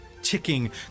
ticking